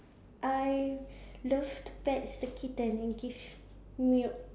I love pets the kitten it gives milk